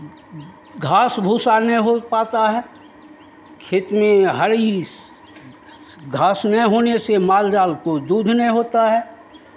घास भूसा नहीं हो पाता है खेत में हइस घास नहीं होने से माल जाल को दूध नहीं होता है